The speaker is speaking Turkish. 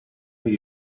bir